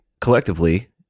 collectively